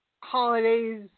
holidays